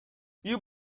you